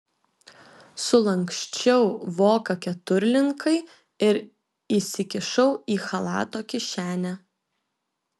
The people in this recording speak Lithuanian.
sulanksčiau voką keturlinkai ir įsikišau į chalato kišenę